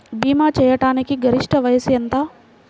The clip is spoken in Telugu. భీమా చేయాటానికి గరిష్ట వయస్సు ఎంత?